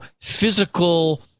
physical